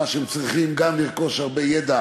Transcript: הם צריכים גם לרכוש הרבה ידע